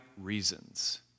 reasons